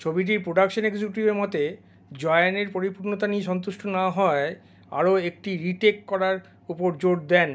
ছবিটির প্রোডাকশান এক্সিকিউটিভের মতে জয়ানের পরিপূর্ণতা নিয়ে সন্তুষ্ট না হওয়ায় আরও একটি রিটেক করার উপর জোর দেন